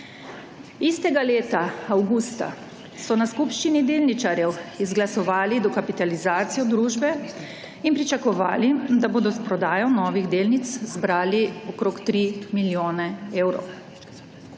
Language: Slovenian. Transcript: Istega leta, avgusta, so na skupščini delničarjev izglasovali dokapitalizacijo družbe in pričakovali, da bodo s prodajo novih delnic zbrali okrog 3 milijone evrov.